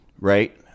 right